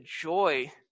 joy